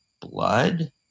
blood